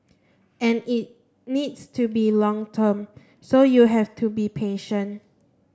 and it needs to be long term so you have to be patient